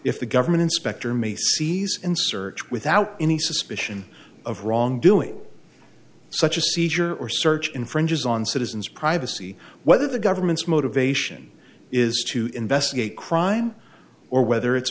if the government inspector may seize in search without any suspicion of wrongdoing such a seizure or search infringes on citizens privacy whether the government's motivation is to investigate crime or whether it's